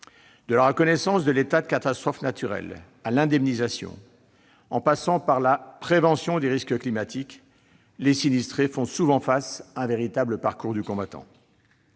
De la reconnaissance de l'état de catastrophe naturelle à l'indemnisation en passant par la prévention des risques climatiques, les sinistrés sont souvent confrontés à un véritable parcours du combattant.